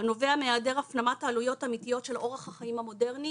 הנובע מהיעדר הפנמת העלויות האמיתיות של אורח החיים המודרני.